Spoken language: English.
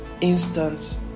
instant